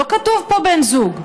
לא כתוב פה בן זוג,